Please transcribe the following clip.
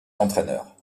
entraineur